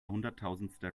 hunderttausendster